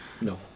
No